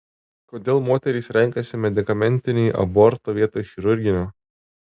kodėl moterys renkasi medikamentinį abortą vietoj chirurginio